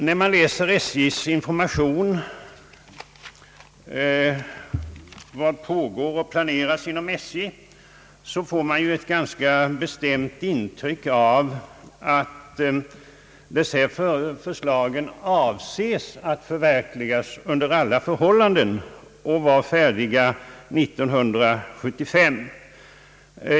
När jag läser SJ:s information »Vad pågår och planeras inom SJ?», får jag ett bestämt intryck att dessa förslag avses bli förverkligade under alla förhållanden och skall vara färdiga 1975.